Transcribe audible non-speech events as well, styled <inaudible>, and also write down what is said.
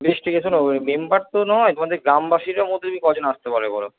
বেশ ঠিক আছে <unintelligible> মেম্বার তো নয় তোমাদের গ্রামবাসীদের মধ্যে তুমি কজন আসতে পারবে বলো